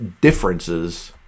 differences